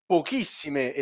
pochissime